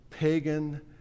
pagan